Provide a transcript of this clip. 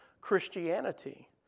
christianity